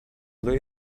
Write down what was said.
they